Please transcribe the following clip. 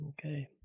Okay